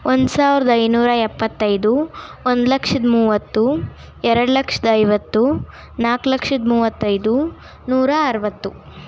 ಒಂದು ಸಾವಿರ್ದ ಐನೂರ ಎಪ್ಪತ್ತೈದು ಒಂದು ಲಕ್ಷದ ಮೂವತ್ತು ಎರಡು ಲಕ್ಷದ ಐವತ್ತು ನಾಲ್ಕು ಲಕ್ಷದ ಮೂವತ್ತೈದು ನೂರಾ ಅರವತ್ತು